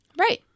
Right